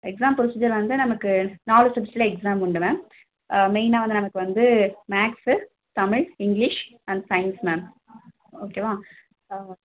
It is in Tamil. எக்ஸாம் ப்ரோஸிஜர் வந்து நமக்கு நாலு சப்ஜெக்டில் எக்ஸாம் உண்டு மேம் மெயினாக வந்து நமக்கு வந்து maths Tamil English and science ma'am ஓகேவா